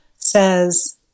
says